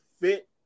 fit